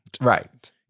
Right